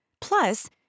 Plus